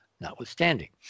notwithstanding